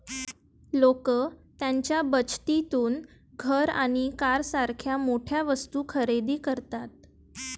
लोक त्यांच्या बचतीतून घर आणि कारसारख्या मोठ्या वस्तू खरेदी करतात